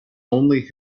only